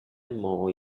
more